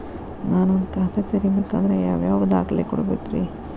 ನಾನ ಒಂದ್ ಖಾತೆ ತೆರಿಬೇಕಾದ್ರೆ ಯಾವ್ಯಾವ ದಾಖಲೆ ಕೊಡ್ಬೇಕ್ರಿ?